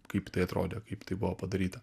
kaip tai atrodė kaip tai buvo padaryta